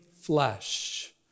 flesh